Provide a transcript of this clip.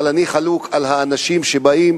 אבל אני חלוק על האנשים שבאים